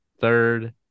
third